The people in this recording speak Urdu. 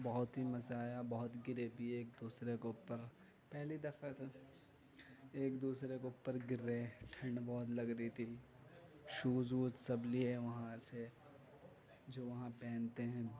بہت ہی مزہ آیا بہت گرے پیے ایک دوسرے کے اوپر پہلی دفعہ تھا ایک دوسرے کے اوپر گر رہے ٹھنڈ بہت لگ رہی تھی شوز ووز سب لیے وہاں سے جو وہاں پہنتے ہیں